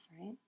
right